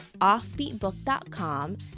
offbeatbook.com